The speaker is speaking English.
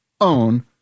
own